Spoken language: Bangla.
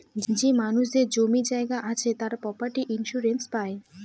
যে মানুষদের জমি জায়গা আছে তারা প্রপার্টি ইন্সুরেন্স পাই